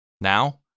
Now